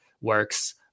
works